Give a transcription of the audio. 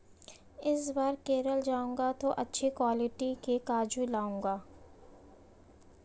इस बार केरल जाऊंगा तो अच्छी क्वालिटी के काजू लाऊंगा